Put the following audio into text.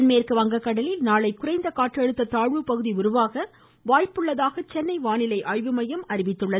தென்மேற்கு வங்க கடலில் குறைந்த காற்றழுத்த தாழ்வு பகுதி நாளை உருவாக வாய்ப்பிருப்பதாக சென்னை வானிலை ஆய்வு மையம் அறிவித்துள்ளது